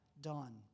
done